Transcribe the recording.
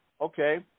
okay